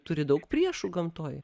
turi daug priešų gamtoj